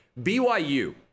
BYU